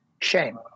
Shame